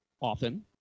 often